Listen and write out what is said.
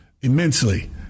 immensely